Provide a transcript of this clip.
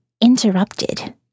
interrupted